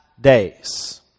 days